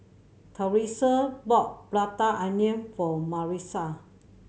Therese bought Prata Onion for Marissa